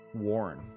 Warren